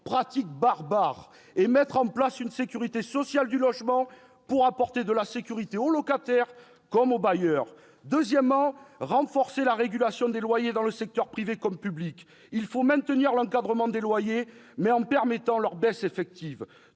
pratique barbare, et mettre en place une sécurité sociale du logement pour apporter de la sécurité aux locataires comme aux bailleurs. Deuxièmement : renforcer la régulation des loyers dans le secteur privé comme public. Il faut maintenir l'encadrement des loyers, mais en permettant leur baisse effective.